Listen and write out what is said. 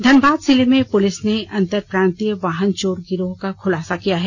धनबाद जिले में पुलिस ने अंतरप्रांतीय वाहन चोर गिरोह का खुलासा किया है